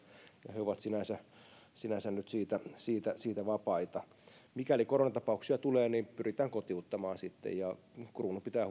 he ovat sinänsä sinänsä nyt siitä siitä vapaita mikäli koronatapauksia tulee niin pyritään kotiuttamaan sitten ja kruunu pitää